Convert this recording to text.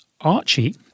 Archie